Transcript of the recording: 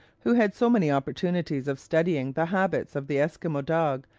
who had so many opportunities of studying the habits of the esquimaux dog,